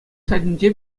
сайтӗнче